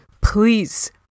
please